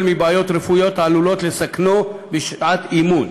מבעיות רפואיות העלולות לסכנו בשעת אימון.